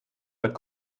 that